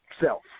self